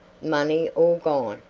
money all gone,